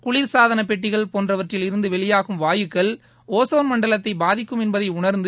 குளிர்சாதன பெட்டிகள் போன்றவற்றில் இருந்து வெளியாகும் வாயுக்கள் ஒசோன் மண்டலத்தை பாதிக்கும் என்பதை உணர்ந்து